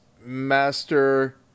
master